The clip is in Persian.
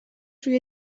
روی